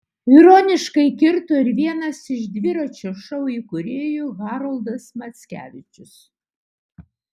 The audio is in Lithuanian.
ironiškai kirto ir vienas iš dviračio šou įkūrėjų haroldas mackevičius